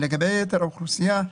לגבי יתר האוכלוסייה,